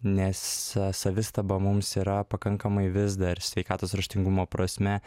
nes savistaba mums yra pakankamai vis dar sveikatos raštingumo prasme